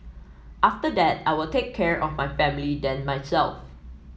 after that I'll take care of my family then myself